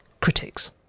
critics